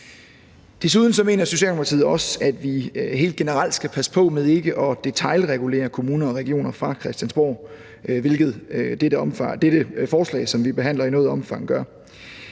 Desuden mener Socialdemokratiet, at vi helt generelt skal passe på med ikke at detailregulere kommuner og regioner fra Christiansborg, hvilket dette forslag, som vi behandler, i et vist omfang gør.